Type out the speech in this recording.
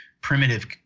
primitive